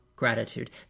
Gratitude